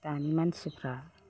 दानि मानसिफोरा